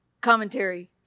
commentary